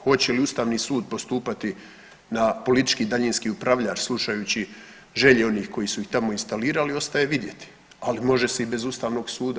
Hoće li Ustavni sud postupati na politički daljinski upravljač slušajući želje onih koji su ih tamo instalirati ostaje vidjeti, ali može se i bez Ustavnog suda.